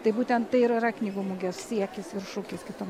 tai būtent tai ir yra knygų mugės siekis ir šūkis kitų